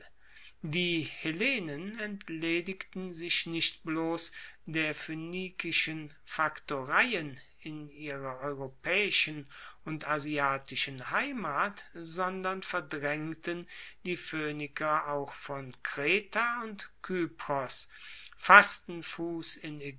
die hellenen entledigten sich nicht bloss der phoenikischen faktoreien in ihrer europaeischen und asiatischen heimat sondern verdraengten die phoeniker auch von kreta und kypros fassten fuss in